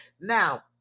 now